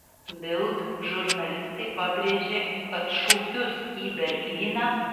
bild žurnalistai pabrėžė kad šūkius į berlyną